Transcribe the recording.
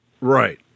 Right